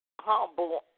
humble